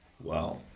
Wow